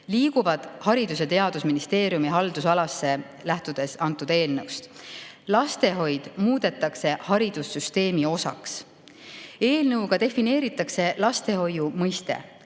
liiguvad Haridus‑ ja Teadusministeeriumi haldusalasse, lähtudes antud eelnõust. Lastehoid muudetakse haridussüsteemi osaks. Eelnõuga defineeritakse lastehoiu mõiste.